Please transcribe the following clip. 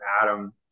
Adam